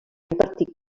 impartir